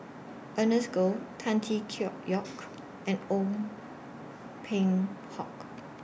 Ernest Goh Tan Tee Yoke and Ong Peng Hock